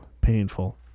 painful